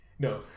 No